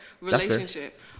relationship